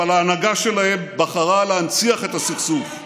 אבל ההנהגה שלהם בחרה להנציח את הסכסוך.